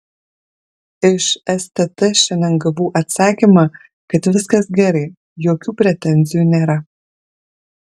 iš stt šiandien gavau atsakymą kad viskas gerai jokių pretenzijų nėra